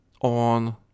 on